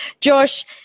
Josh